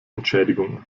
entschädigung